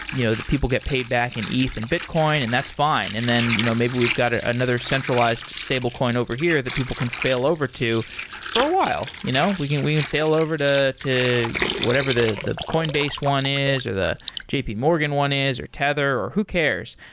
you know the people get paid back in eth and bitcoin and that's fine. and then you know maybe we've got another centralized stablecoin over here that people can failover to for a while. you know we can even failover to to whatever the the coinbase one is, or the jpmorgan one is, or tether, or who cares?